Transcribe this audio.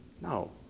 No